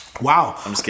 Wow